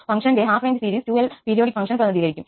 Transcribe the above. ഫംഗ്ഷന്റെ അർദ്ധ ശ്രേണി 2𝐿 periodic functiom പ്രതിനിധീകരിക്കും